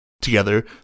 Together